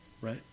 right